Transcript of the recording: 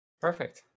Perfect